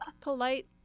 polite